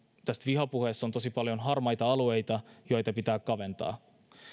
tässä vihapuheessa on tosi paljon harmaita alueita joita pitää kaventaa